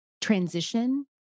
Transition